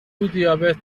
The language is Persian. دیابت